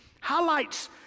highlights